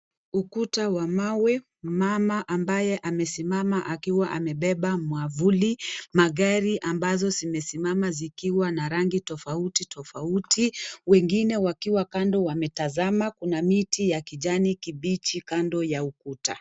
Ukuta wa mawe mama ambaye amesimama akiwa amebeba mwavuli magari ambazo zimesimama zikiwa na rangi tofauti tofauti wengine wakiwa kando wametazama kuna miti ya kijani kibichi kando ya ukuta.